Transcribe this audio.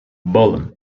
volume